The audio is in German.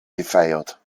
gefeiert